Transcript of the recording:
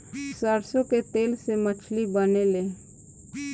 सरसों के तेल से मछली बनेले